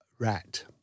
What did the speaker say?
Rat